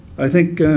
i think,